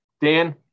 Dan